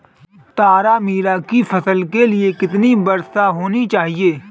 तारामीरा की फसल के लिए कितनी वर्षा होनी चाहिए?